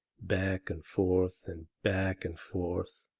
back and forth and back and forth,